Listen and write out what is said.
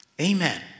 Amen